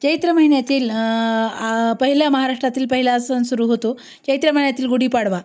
चैत्र महिन्यातील आ पहिल्या महाराष्ट्रातील पहिला सण सुरू होतो चैत्र महिन्यातील गुढीपाडवा